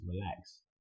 relax